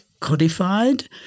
codified